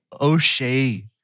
O'Shea